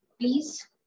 Please